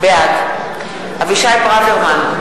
בעד אבישי ברוורמן,